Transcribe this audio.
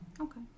Okay